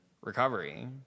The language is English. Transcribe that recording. recovery